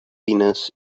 winners